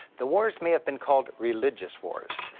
the wars may have been called religious wars,